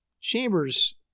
Chambers